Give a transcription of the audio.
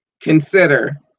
consider